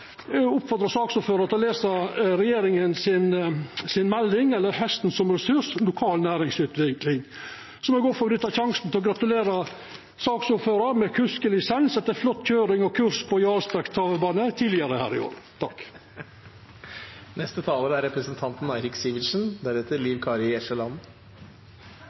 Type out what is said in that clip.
til å lesa regjeringa sin rettleiar, Hesten som ressurs – Lokal næringsutvikling. Så må eg òg få nytta sjansen til å gratulera saksordføraren med kuskelisens etter flott køyring og kurs på Jarlsberg Travbane tidlegare i år. Jeg kan slutte meg til gratulasjonen fra foregående taler til representanten